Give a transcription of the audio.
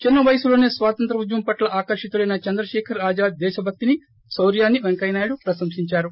చిన్న వయసులనే స్వాతంత్ర్వ ఉద్యమం పట్ల ఆకర్షితుడైన చంద్రశేఖర్ ఆజాద్ దేశభక్తిని శౌర్యాన్సి వెంకయ్యనాయుడు ప్రశంశించారు